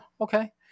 okay